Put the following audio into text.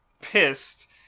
pissed